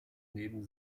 neben